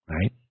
right